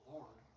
Lord